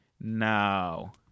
now